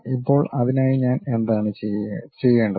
ഇപ്പോൾ അതിനായി ഞാൻ എന്താണ് ചെയ്യേണ്ടത്